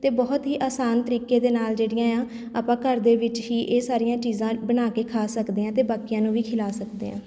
ਅਤੇ ਬਹੁਤ ਹੀ ਆਸਾਨ ਤਰੀਕੇ ਦੇ ਨਾਲ਼ ਜਿਹੜੀਆਂ ਆ ਆਪਾਂ ਘਰ ਦੇ ਵਿੱਚ ਹੀ ਇਹ ਸਾਰੀਆਂ ਚੀਜ਼ਾਂ ਬਣਾ ਕੇ ਖਾ ਸਕਦੇ ਹਾਂ ਅਤੇ ਬਾਕੀਆਂ ਨੂੰ ਵੀ ਖਿਲਾ ਸਕਦੇ ਹਾਂ